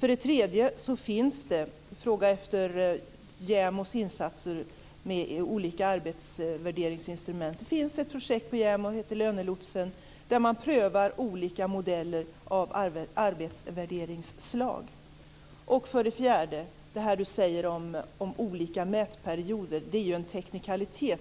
Ulla-Britt Hagström frågar efter JämO:s insatser och olika arbetsvärderingsinstrument. Det finns ett projekt på JämO som heter Lönelotsen, där man prövar olika modeller av arbetsvärderingsslag. Ulla-Britt Hagström talar om olika mätperioder. Det är en teknikalitet.